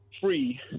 free